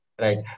right